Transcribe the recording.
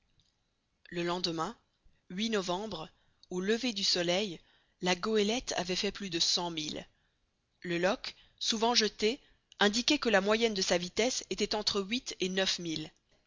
le lendemain novembre au lever du soleil la goélette avait fait plus de cent milles le loch souvent jeté indiquait que la moyenne de sa vitesse était entre huit et neuf milles